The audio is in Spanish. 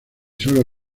sólo